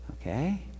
Okay